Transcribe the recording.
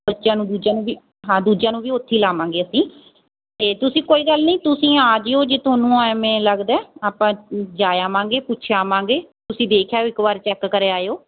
ਬੱਚਿਆਂ ਨੂੰ ਦੂਜਿਆਂ ਨੂੰ ਵੀ ਹਾਂ ਦੂਜਿਆਂ ਨੂੰ ਵੀ ਉੱਥੇ ਹੀ ਲਾਵਾਂਗੇ ਅਸੀਂ ਅਤੇ ਤੁਸੀਂ ਕੋਈ ਗੱਲ ਨਹੀਂ ਤੁਸੀਂ ਆ ਜਾਇਓ ਜੇ ਤੁਹਾਨੂੰ ਐਵੇਂ ਲੱਗਦਾ ਆਪਾਂ ਜਾ ਆਵਾਂਗੇ ਪੁੱਛ ਆਵਾਂਗੇ ਤੁਸੀਂ ਦੇਖ ਆਇਓ ਇੱਕ ਵਾਰ ਚੈੱਕ ਕਰ ਆਇਓ